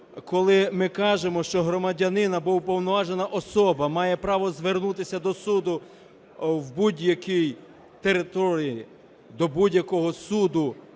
Коли ми кажемо, що громадянин або уповноважена особа має право звернутися до суду на будь-якій території до будь-якого суду